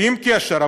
עם קשר.